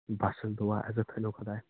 بس حظ دُعا عزت تھٲونو خۄداے